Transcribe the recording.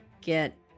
get